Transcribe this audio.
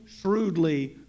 shrewdly